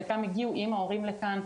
חלקם הגיעו עם ההורים לכאן,